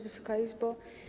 Wysoka Izbo!